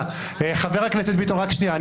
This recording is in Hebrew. חבר הכנסת ביטון, רק שנייה.